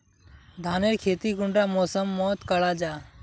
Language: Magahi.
धानेर खेती कुंडा मौसम मोत करा जा?